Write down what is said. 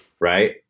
right